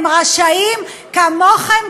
הם רשאים כמוכם,